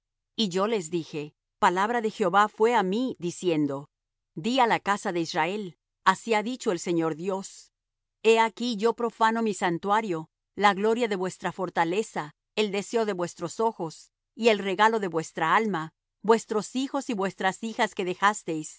y yo les dije palabra de jehová fué á mí diciendo di á la casa de israel así ha dicho el señor dios he aquí yo profano mi santuario la gloria de vuestra fortaleza el deseo de vuestros ojos y el regalo de vuestra alma vuestros hijos y vuestras hijas que dejasteis